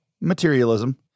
Materialism